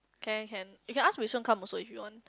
can can you can ask Wilson come also if you want